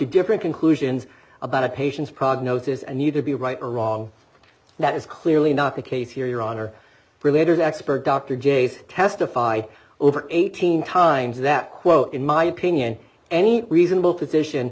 different conclusions about a patient's prognosis and need to be right or wrong that is clearly not the case here your honor related expert dr j's testify over eighteen times that quote in my opinion any reasonable physician